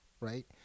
right